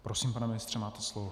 Prosím, pane ministře, máte slovo.